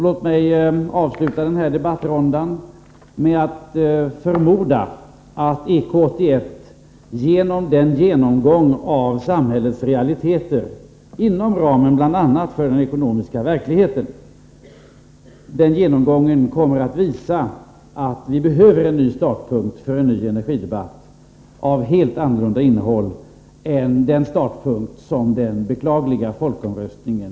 Låt mig avsluta den här debattrundan med en förmodan, att EK 81 genom sin genomgång av samhällets realiteter, bl.a. inom ramen för den ekonomiska verkligheten, kommer att visa att vi behöver en startpunkt för en ny energidebatt med helt annorlunda innehåll än den beklagliga folkomröstningen.